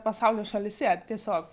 pasaulio šalyse tiesiog